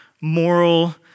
moral